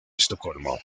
estocolmo